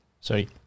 Sorry